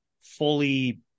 fully